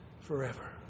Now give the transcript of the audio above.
forever